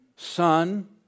Son